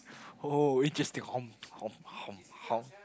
oh interesting